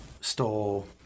stole